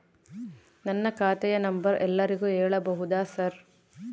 ನನ್ನ ಖಾತೆಯ ನಂಬರ್ ಎಲ್ಲರಿಗೂ ಹೇಳಬಹುದಾ ಸರ್?